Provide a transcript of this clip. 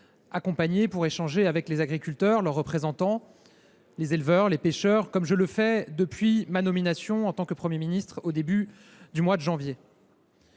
l’agriculture pour échanger avec les agriculteurs, leurs représentants, les éleveurs, les pêcheurs, comme je le fais constamment depuis ma nomination en tant que Premier ministre au début du mois de janvier.